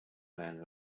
man